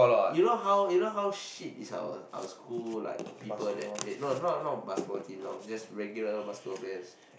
you know how you know how shit is our our school like people that played no not basketball teams ah just regular basketball players